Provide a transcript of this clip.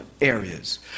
areas